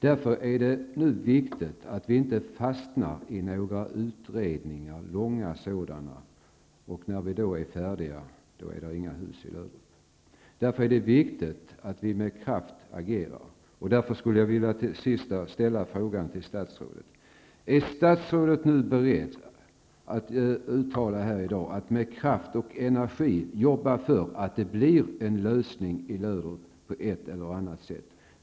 Därför är det nu viktigt att vi inte fastnar i långdragna utredningar, för då kan det bli så att det när man väl är klar inte finns några hus i Löderup. Därför är det viktigt att vi agerar med kraft. Jag skulle till statsrådet vilja ställa frågan: Är statsrådet beredd att i dag uttala att hon med kraft och energi skall jobba för att det på ett eller annat sätt blir en lösning på problemet i Löderup?